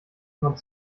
jemand